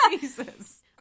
Jesus